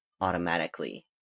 automatically